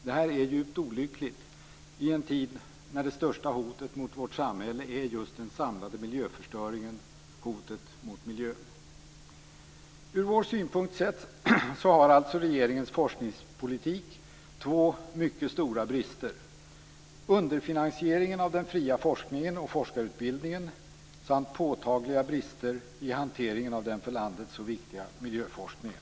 Detta är djupt olyckligt i en tid när det största hotet mot vårt samhälle är just den samlade miljöförstöringen och hotet mot miljön. Från vår synpunkt sett har alltså regeringens forskningspolitik två mycket stora brister. Det handlar om underfinansieringen av den fria forskningen och forskarutbildningen samt påtagliga brister i hanteringen av den för landet så viktiga miljöforskningen.